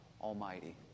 Almighty